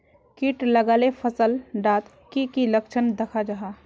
किट लगाले फसल डात की की लक्षण दखा जहा?